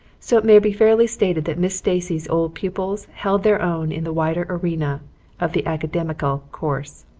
so it may be fairly stated that miss stacy's old pupils held their own in the wider arena of the academical course.